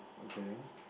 okay